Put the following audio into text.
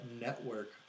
network